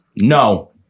No